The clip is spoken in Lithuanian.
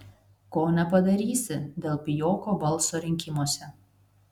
ko nepadarysi dėl pijoko balso rinkimuose